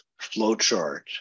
flowchart